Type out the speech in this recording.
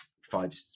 five